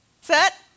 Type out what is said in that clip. Set